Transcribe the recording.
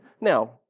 Now